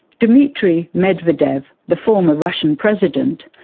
dmitri medvedev, the former russian president,